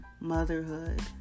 motherhood